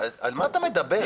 על מה אתה מדבר?